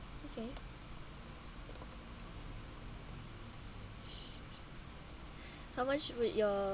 okay how much would your